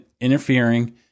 interfering